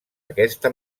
aquesta